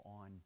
on